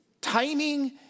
timing